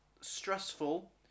stressful